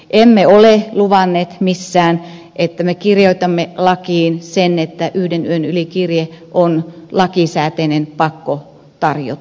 emme ole luvanneet missään että me kirjoitamme lakiin sen että yhden yön yli kirje on lakisääteinen pakko tarjota